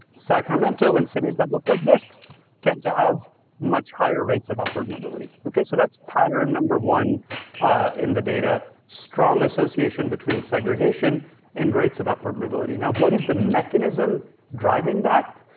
sacramento and cities that look like this tend to have much higher rates of upward mobility, okay? so that's pattern number one in the data, strong association between segregation and rates of upward mobility. now what is the mechanism driving that?